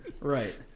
right